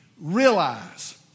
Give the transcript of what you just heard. realize